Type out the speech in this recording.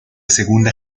segunda